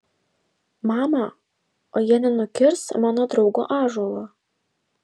mama o jie nenukirs mano draugo ąžuolo